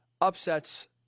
upsets